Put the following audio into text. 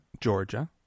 georgia